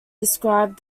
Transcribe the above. described